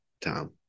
time